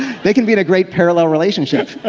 they can be in a great parallel relationship.